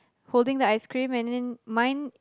holding the ice cream and then mine